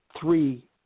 three